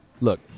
Look